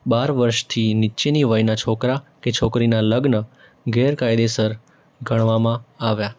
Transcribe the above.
બાર વર્ષથી નીચેની વયના છોકરા કે છોકરીના લગ્ન ગેરકાયદેસર ગણવામાં આવ્યા